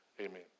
amen